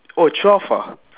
oh twelve ah